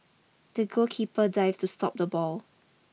the goalkeeper dived to stop the ball